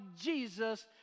Jesus